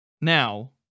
Now